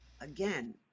again